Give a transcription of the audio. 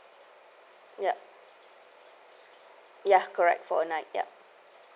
ya ya correct for a night ya